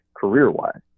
career-wise